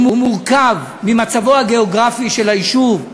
הוא מורכב ממצבו הגיאוגרפי של היישוב,